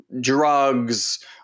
drugs